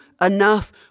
enough